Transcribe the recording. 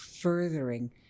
furthering